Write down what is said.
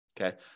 Okay